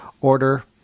order